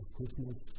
Christmas